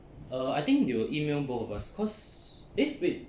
err I think they will email both of us cause eh wait